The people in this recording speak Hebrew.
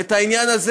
והעניין הזה,